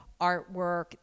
artwork